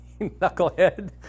Knucklehead